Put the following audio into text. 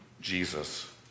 Jesus